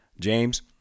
James